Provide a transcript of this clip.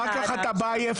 אחר כך אתה בא עייף